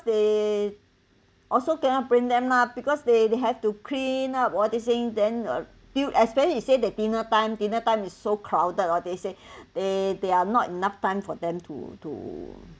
they also cannot bring them lah because they they have to clean up all this thing then uh feel especially you say the dinner time dinner time is so crowded or they say they they are not enough time for them to to